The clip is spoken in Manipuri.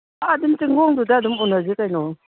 ꯑꯗꯨꯝ ꯆꯤꯡꯈꯣꯡꯗꯨꯗ ꯑꯗꯨꯝ ꯎꯅꯁꯤ ꯀꯩꯅꯣ